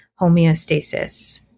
homeostasis